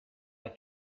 der